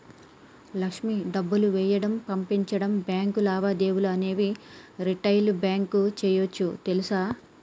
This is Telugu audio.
లక్ష్మి డబ్బులు వేయడం, పంపించడం, బాంకు లావాదేవీలు అనేవి రిటైల్ బాంకింగ్ సేయోచ్చు తెలుసా